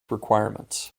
requirements